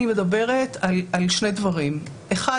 אני מדברת על שני דברים: האחד,